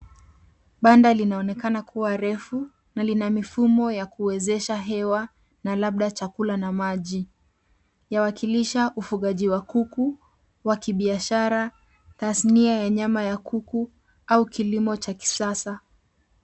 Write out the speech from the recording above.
Banda linaoonekana kuwa refu na lina mifumo ya kuwezesha hewa na labda chakula na maji. Yawakilisha ufugaji wa kuku wa kibiashara, tasnia ya nyama ya kuku au kilimo cha kisasa.